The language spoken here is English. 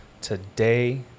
today